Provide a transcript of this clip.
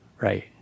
Right